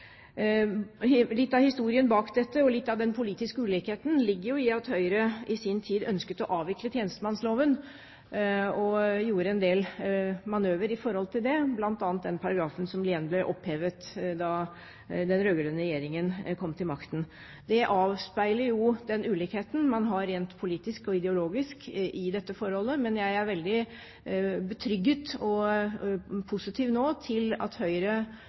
tiltak. Litt av historien bak dette, og litt av den politiske ulikheten, ligger jo i at Høyre i sin tid ønsket å avvikle tjenestemannsloven og gjorde en del manøvre når det gjaldt det, bl.a. med den paragrafen som ble opphevet da den rød-grønne regjeringen kom til makten. Det avspeiler den ulikheten man har rent politisk og ideologisk i dette forholdet. Men jeg er nå veldig betrygget og positiv til at Høyre,